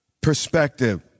perspective